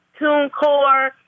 TuneCore